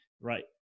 right